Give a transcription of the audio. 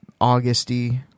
Augusty